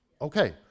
Okay